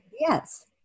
Yes